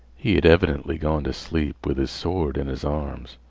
he had evidently gone to sleep with his sword in his arms.